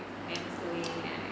and slowly like